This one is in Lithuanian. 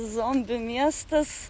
zombių miestas